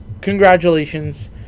Congratulations